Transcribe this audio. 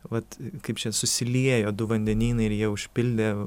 vat kaip čia susiliejo du vandenynai ir jie užpildė